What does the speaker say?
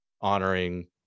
honoring